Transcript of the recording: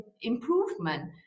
improvement